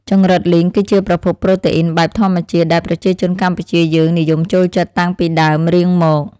ចង្រិតលីងគឺជាប្រភពប្រូតេអ៊ីនបែបធម្មជាតិដែលប្រជាជនកម្ពុជាយើងនិយមចូលចិត្តតាំងពីដើមរៀងមក។